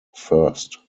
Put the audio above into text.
first